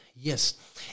Yes